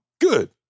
Good